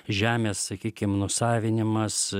žemės sakykim nusavinimas